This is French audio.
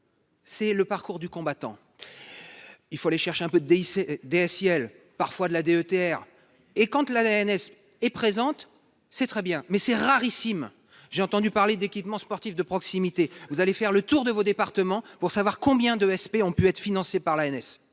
C'est le parcours du combattant, il faut les chercher un peu essai des Ciel parfois de la DETR et quand tu l'la NS et présente, c'est très bien mais c'est rarissime, j'ai entendu parler d'équipements sportifs de proximité, vous allez faire le tour de vos départements pour savoir combien de SP ont pu être financées par la NSA,